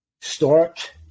start